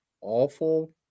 awful